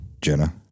Jenna